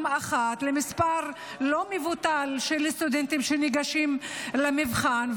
אחת למספר לא מבוטל של סטודנטים שניגשים למבחן.